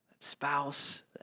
spouse